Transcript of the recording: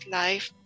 life